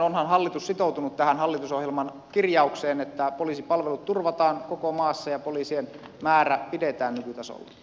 onhan hallitus sitoutunut tähän hallitusohjelman kirjaukseen että poliisipalvelut turvataan koko maassa ja poliisien määrä pidetään nykytasolla